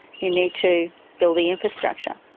you need to build the infrastructure.